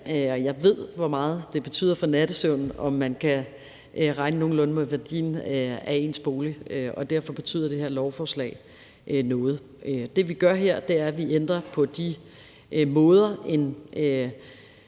jeg ved, hvor meget det betyder for nattesøvnen, om man kan regne nogenlunde med værdien af ens bolig, og derfor betyder det her lovforslag noget. Det, vi gør her, er, at vi ændrer på de måder, en